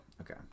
Okay